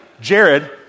Jared